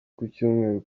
kucyumweru